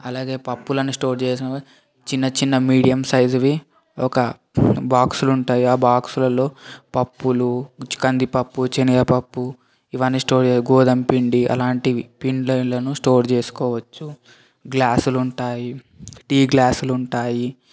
అలాగే పప్పులను స్టోర్ చేసుకోడానికి చిన్న చిన్న మీడియం సైజువి ఒక బాక్సులుంటాయి ఆ బాక్సుల్లో పప్పులు కందిపప్పు సెనగ పప్పు ఇవన్నీ స్టోర్ చే గోధుమ పిండి అలాంటివి పిండ్లయినను స్టోర్ చేసుకోవచ్చు గ్లాసులుంటాయి టీ గ్లాసులుంటాయి